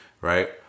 Right